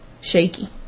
shaky